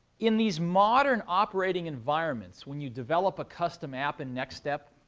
in these modern operating environments, when you develop a custom app in nextstep,